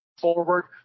forward